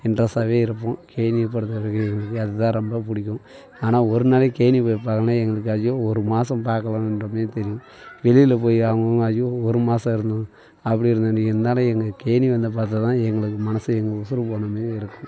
இன்ட்ரெஸ்ஸாகவே இருப்போம் கேணியைப் பொறுத்த வரைக்கும் எனக்கு அது தான் ரொம்பப் பிடிக்கும் ஆனால் ஒரு நாளைக்கு கேணிப் போய் பார்க்கலைன்னா எங்களுக்காச்சும் ஒரு மாசம் பார்க்கலன்ற மாரி தெரியும் வெளியில் போய் அவங்கவுங்க ஐயோ ஒரு மாசம் இருந்தது அப்படி இருந்தும் நீ இருந்தாலும் எங்கள் கேணி வந்து பார்த்தா தான் எங்களுக்கு மனசு எங்கள் உசுரு போன மாரி இருக்கும்